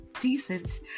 decent